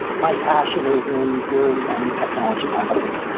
my passion is in very young technology companies.